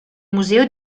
museo